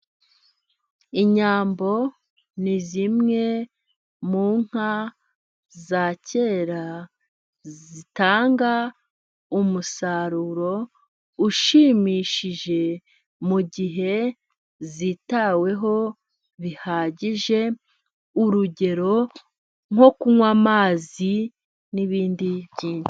Inyambo ni zimwe mu nka za kera zitanga umusaruro ushimishije, mu gihe zitaweho bihagije. Urugero nko kunywa amazi n'ibindi byinshi.